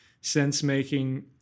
sense-making